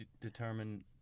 determine